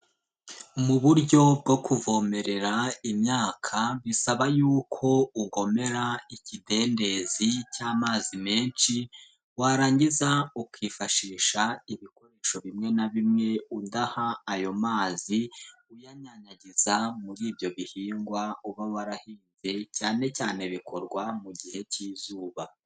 Mu buryo bwo kuvomerera imyaka bisaba yuko ugomera ikidendezi cy'amazi menshi warangiza ukifashisha ibikoresho bimwe na bimwe udaha ayo mazi uyanyanyagiza muri ibyo bihingwa uba warahinze, cyane cyane bikorwa mu gihe k'izuba.